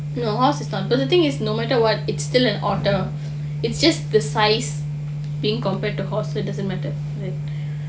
ya is not but the thing is no matter what it's still an otter it's just the size being compared to horse it doesn't matter right